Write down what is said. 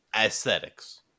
aesthetics